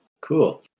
Cool